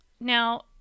now